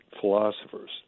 philosophers